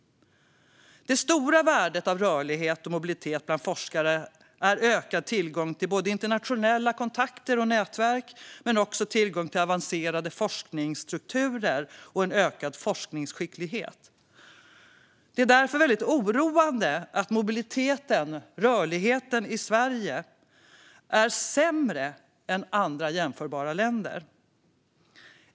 Det stora värdet av rörlighet och mobilitet bland forskare är ökad tillgång till internationella kontakter och nätverk och till avancerade forskningsstrukturer och en ökad forskningsskicklighet. Det är därför väldigt oroande att mobiliteten, rörligheten, i Sverige är sämre än i andra jämförbara länder.